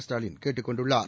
ஸ்டாலின் கேட்டுக் கொண்டுள்ளார்